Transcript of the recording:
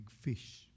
fish